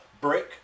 Brick